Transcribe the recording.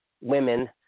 women